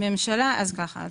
א',